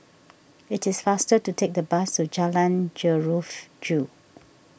it is faster to take the bus to Jalan Jeruju